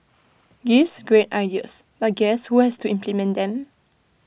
gives great ideas but guess who has to implement them